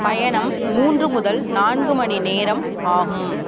பயணம் மூன்று முதல் நான்கு மணி நேரம் ஆகும்